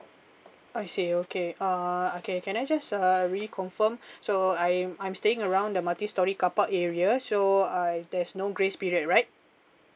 I see okay uh okay can I just uh really confirm so I'm I'm staying around the multi storey car park area so I there's no grace period right